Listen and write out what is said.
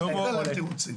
לא לתת להם תירוצים.